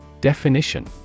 Definition